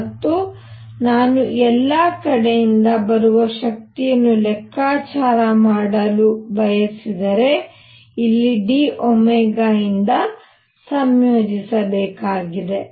ಮತ್ತು ನಾನು ಎಲ್ಲಾ ಕಡೆಯಿಂದ ಬರುವ ಶಕ್ತಿಯನ್ನು ಲೆಕ್ಕಾಚಾರ ಮಾಡಲು ಬಯಸಿದರೆ ಇಲ್ಲಿ d ಇಂದ ಸಂಯೋಜಿಸಬೇಕಾಗಿದೆ